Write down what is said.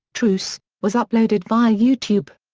truce, was uploaded via youtube.